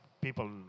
people